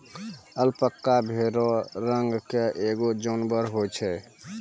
alpaca भेड़ो रंग के एगो जानबर होय छै